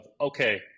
okay